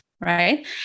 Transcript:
Right